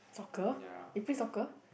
soccer you play soccer